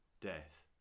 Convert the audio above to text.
death